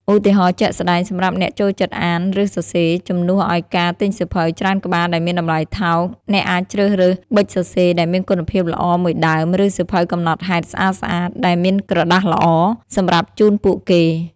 ឧទាហរណ៍ជាក់ស្តែង សម្រាប់អ្នកចូលចិត្តអាន ឬសរសេរ ជំនួសឱ្យការទិញសៀវភៅច្រើនក្បាលដែលមានតម្លៃថោក អ្នកអាចជ្រើសរើស ប៊ិចសរសេរដែលមានគុណភាពល្អមួយដើម ឬ សៀវភៅកំណត់ហេតុស្អាតៗ ដែលមានក្រដាសល្អ សម្រាប់ជូនពួកគេ។